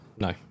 No